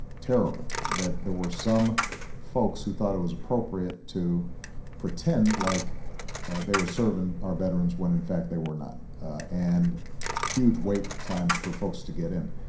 terrible that there were some folks who thought it was appropriate to pretend like they were serving our veterans when in fact, they were not and huge wait times for folks to get in.